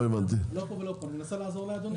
אנחנו לא פה ולא פה, אני מנסה לעזור לאדוני.